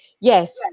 yes